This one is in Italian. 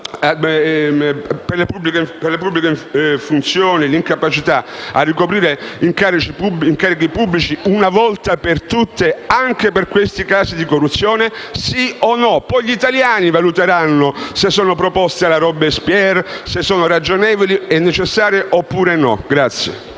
per le pubbliche funzioni e l'incapacità a ricoprire incarichi pubblici, una volta per tutte, anche a questi casi di corruzione? Sì o no? Poi gli italiani valuteranno se sono proposte alla Robespierre, se sono proposte ragionevoli e necessarie oppure no.